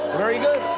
very good.